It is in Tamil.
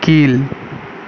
கீழ்